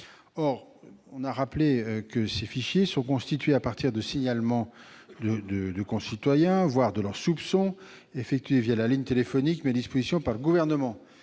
Or, on l'a rappelé, ce fichier est constitué à partir de signalements de concitoyens, voire de simples soupçons, communiqués la ligne téléphonique mise à disposition par le Gouvernement.